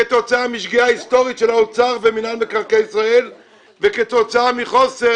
כתוצאה משגיאה היסטורית של האוצר ומינהל מקרקעי ישראל וכתוצאה מחוסר